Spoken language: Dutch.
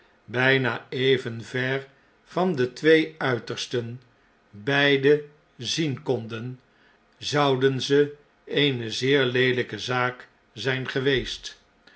bijna even ver van de twee uitersten beide zien konden zouden ze eene zeer leelpe zaak zun geweest